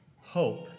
hope